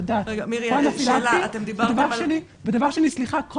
לדעת --- ודבר שני,